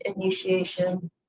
initiation